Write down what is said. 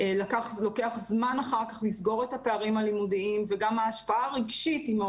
לוקח זמן אחר כך לסגור את הפערים הלימודיים וגם ההשפעה הרגשית מאוד